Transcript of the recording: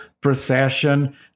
procession